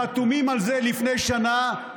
ואתם חתומים על זה לפני שנה,